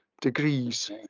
degrees